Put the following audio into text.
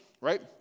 right